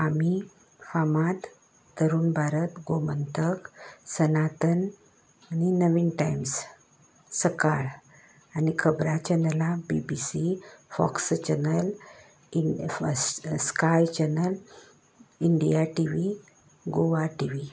आमी फामात तरूण भारत गोमन्तक सनातन आनी नवहिंद टायम्स सकाळ आनी खबरां चॅनलां BBC Fox channel sky channel India TV Goa TV